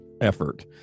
effort